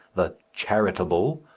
the charitable,